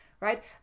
right